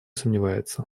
сомневается